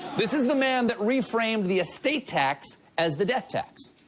this is the man that reframed the estate tax as the death tax,